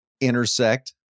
intersect